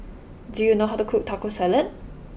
do you know how to cook Taco Salad